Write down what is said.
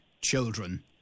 children